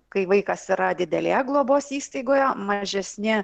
kai vaikas yra didelėje globos įstaigoje mažesni